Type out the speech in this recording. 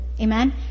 Amen